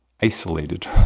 isolated